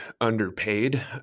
underpaid